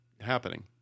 happening